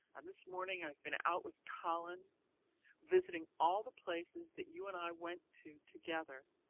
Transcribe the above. and this morning i've been out with colin visiting all the places that you and i went to together,